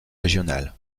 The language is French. régional